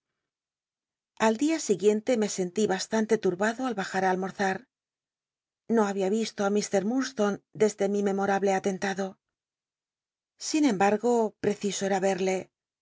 al dia siguiente me sentí bastante tdo al bajar á almorzar no había visto á mr id en desde mi memorable atentado sin embargo preciso em